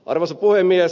arvoisa puhemies